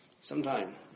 sometime